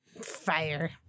Fire